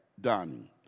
done